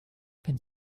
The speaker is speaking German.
wenn